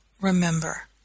remember